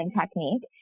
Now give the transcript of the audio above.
technique